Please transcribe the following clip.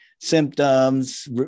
symptoms